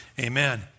Amen